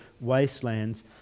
wastelands